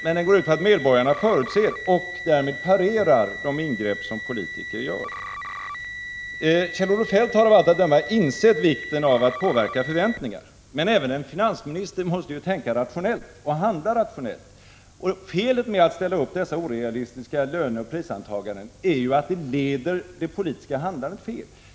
Den går ut på att medborgarna förutsätter och därmed parerar de ingrepp som politiker gör. Kjell-Olof Feldt har av allt att döma insett vikten av att påverka förväntningar, men även en finansminister måste tänka och handla rationellt. Felet med att ställa upp dessa orealistiska löneoch prisantaganden är att de leder det politiska handlandet fel.